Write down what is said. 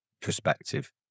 perspective